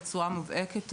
בצורה מובהקת,